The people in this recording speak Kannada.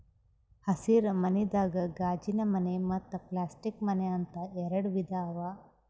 ಹಸಿರ ಮನಿದಾಗ ಗಾಜಿನಮನೆ ಮತ್ತ್ ಪ್ಲಾಸ್ಟಿಕ್ ಮನೆ ಅಂತ್ ಎರಡ ವಿಧಾ ಅವಾ